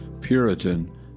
Puritan